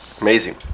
Amazing